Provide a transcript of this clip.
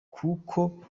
kuko